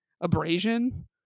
abrasion